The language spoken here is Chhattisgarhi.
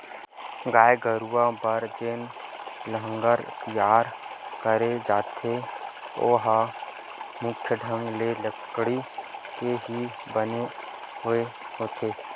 गाय गरुवा बर जेन लांहगर तियार करे जाथे ओहा मुख्य ढंग ले लकड़ी के ही बने होय होथे